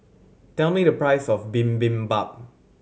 tell me the price of Bibimbap